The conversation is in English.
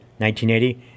1980